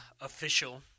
Official